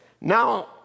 Now